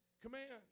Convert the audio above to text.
commands